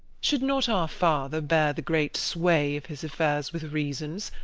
should not our father bear the great sway of his affairs with reasons,